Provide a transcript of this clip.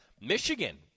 Michigan